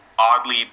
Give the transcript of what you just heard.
oddly